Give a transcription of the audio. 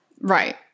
Right